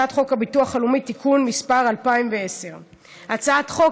את הצעת חוק הביטוח הלאומי (תיקון מס' 210). הצעת החוק